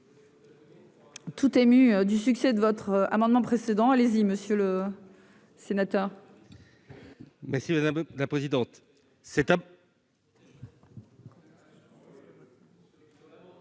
Toute émue du succès de votre amendement précédent allez-y monsieur le sénateur. Merci madame la présidente,